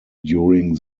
during